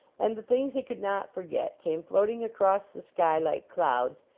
and the things he could not forget came floating across the sky like clouds,